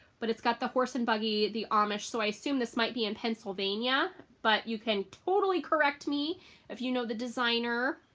but it's got the horse and buggy the, um so i assumed this might be in pennsylvania, but you can totally correct me if you know the designer.